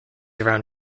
around